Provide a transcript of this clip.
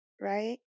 right